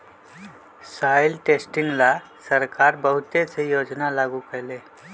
soil testing ला सरकार बहुत से योजना लागू करते हई